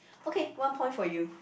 okay one point for you